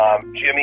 Jimmy